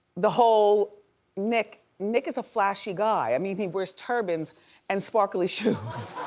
the whole nick nick is a flashy guy. i mean he wears turbines and sparkly shoes.